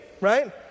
right